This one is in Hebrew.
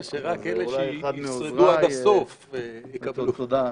שרק אלה שישרדו עד הסוף יקבלו את זה.